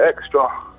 extra